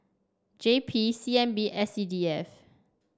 J P C N B S C D F